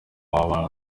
w’abana